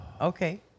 Okay